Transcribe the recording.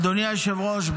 אדוני היושב-ראש,